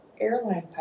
airline